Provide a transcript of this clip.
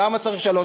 למה צריך שלוש?